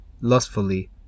lustfully